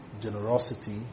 generosity